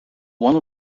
one